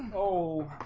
oh